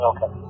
Okay